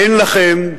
אין לכם,